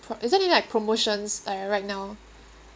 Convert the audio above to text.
pr~ is there any like promotions like right now